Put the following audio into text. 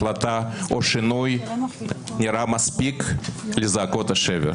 החלטה או שינוי נראה מספיק לזעקות השבר.